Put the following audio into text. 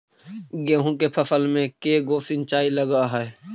गेहूं के फसल मे के गो सिंचाई लग हय?